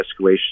escalation